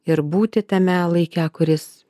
ir būti tame laike kuris